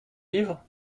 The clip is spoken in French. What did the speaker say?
livre